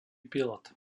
pilot